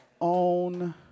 own